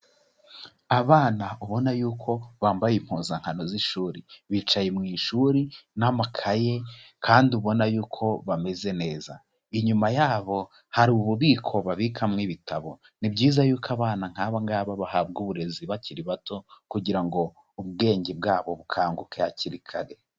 Abana ubona yuko, bambaye impuzankano z'ishuri, bicaye mu ishuri n'amakaye, kandi ubona yuko bameze neza. Inyuma yabo, hari ububiko babikamo ibitabo. Ni byiza yuko abana nk'aba ngaba bahabwa uburezi bakiri bato, kugira ngo ubwenge bwabo bukanguke hakiri kare.